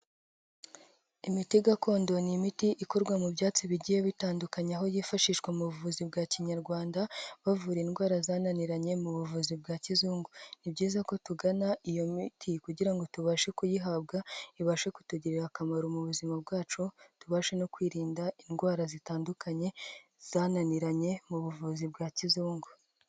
Imiti gakondo ni imiti ikorwa mu byatsi bigiye bitandukanya, aho yifashishwa mu buvuzi bwa kinyarwanda, bavura indwara zananiranye mu buvuzi bwa kizungu, ni byiza ko tugana iyo miti kugira ngo tubashe kuyihabwa, ibashe kutugirira akamaro mu buzima bwacu, tubashe no kwirinda indwara zitandukanye, zananiranye mu buvuzi bwa kizungu.